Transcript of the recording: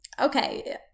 Okay